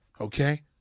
Okay